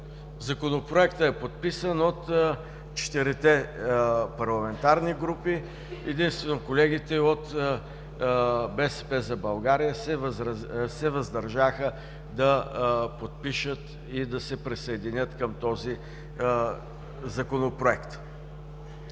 Законопроектът е подписан от четирите парламентарни групи. Единствено колегите от „БСП за България“ се въздържаха да подпишат и да се присъединят към този Законопроект.